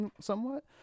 somewhat